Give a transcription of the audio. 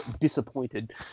disappointed